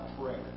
prayer